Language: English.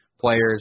players